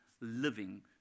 living